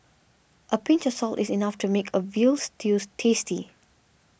a pinch of salt is enough to make a Veal Stews tasty